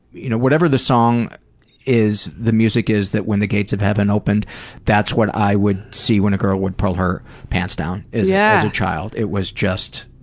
you know whatever the song is, the music is, that when the gates of heaven opened that's what i would see when a girl would pull her pants down yeah as a child. it was just,